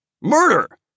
Murder